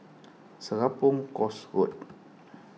Serapong Course Road